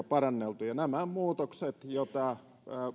paranneltu ja nämä muutokset joita